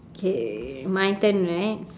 okay my turn right